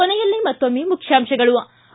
ಕೊನೆಯಲ್ಲಿ ಮತ್ತೊಮ್ನೆ ಮುಖ್ಯಾಂಶಗಳು